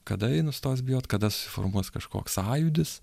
kada jie nustos bijot kada susiformuos kažkoks sąjūdis